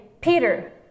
Peter